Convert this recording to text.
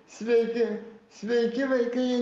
sveiki sveiki vaikai